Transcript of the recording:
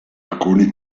alcuni